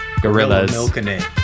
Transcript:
Gorillas